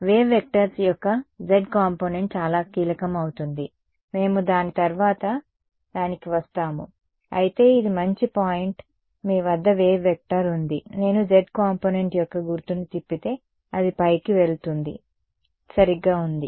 wave vectors యొక్క z component చాలా కీలకం అవుతుంది మేము దాని తర్వాత దానికి వస్తాము అయితే ఇది మంచి పాయింట్ మీ వద్ద వేవ్ వెక్టార్ ఉంది నేను z కాంపోనెంట్ యొక్క గుర్తును తిప్పితే అది పైకి వెళ్తుంది సరిగ్గా ఉంది